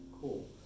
Cool